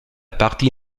partie